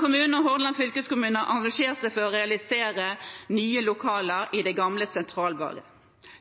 kommune og Hordaland fylkeskommune har engasjert seg for å realisere nye lokaler i det gamle Sentralbadet.